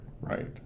Right